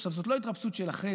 עכשיו, זו לא התרפסות שלכם,